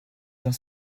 dans